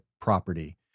property